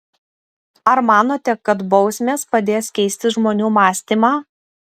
ar manote kad bausmės padės keisti žmonių mąstymą